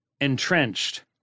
entrenched